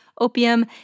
opium